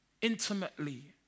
intimately